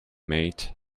mate